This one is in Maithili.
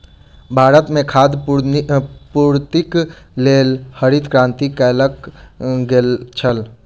भारत में खाद्य पूर्तिक लेल हरित क्रांति कयल गेल छल